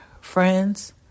friends